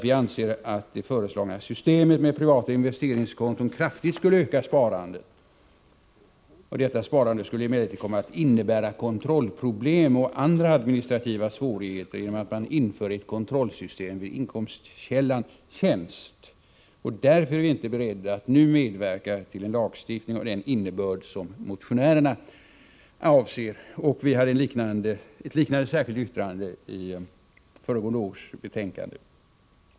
Vi anser att det föreslagna systemet med privata investeringskonton kraftigt skulle öka sparandet. Detta sparande skulle emellertid komma att innebära kontrollproblem och andra administrativa svårigheter genom att man inför ett kontrollsystem vid inkomstkällan. Därför är vi inte beredda att nu medverka till en lagstiftning av den innebörd som motionärerna avser. Vi hade ett liknande särskilt yttrande i föregående års betänkande.